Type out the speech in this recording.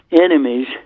enemies